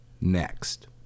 next